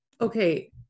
okay